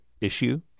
issue